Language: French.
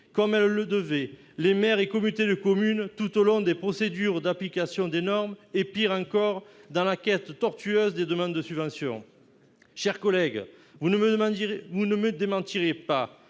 comme elles le devraient, les maires et communautés de communes tout au long des procédures d'application des normes, et pire encore dans la quête tortueuse des demandes de subventions ! Mes chers collègues, vous ne me démentirez pas,